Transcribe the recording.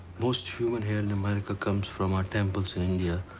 most human hair in america comes from our temples in india,